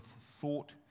thought